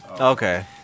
Okay